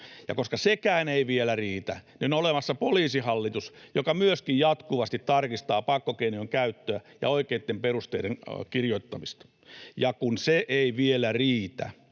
Ja koska sekään ei vielä riitä, niin on olemassa Poliisihallitus, joka myöskin jatkuvasti tarkistaa pakkokeinojen käyttöä ja oikeitten perusteiden kirjoittamista. Ja kun se ei vielä riitä,